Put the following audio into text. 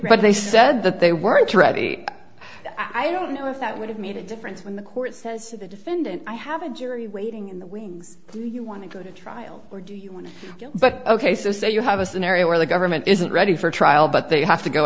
what they said that they weren't ready i don't know if that would have made a difference when the court says to the defendant i have a jury waiting in the wings do you want to go to trial or do you want to but ok so say you have a scenario where the government isn't ready for trial but they have to go